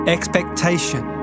Expectation